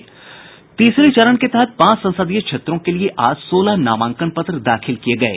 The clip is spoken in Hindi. तीसरे चरण के तहत पांच संसदीय क्षेत्रों के लिए आज सोलह नामांकन पत्र दाखिल किये गये